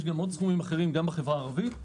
ויש גם עוד סכומים אחרים, גם בחברה הערבית.